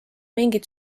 mingit